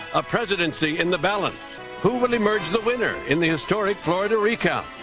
a presidency in the balance, who will emerge the winner in the historic florida recount?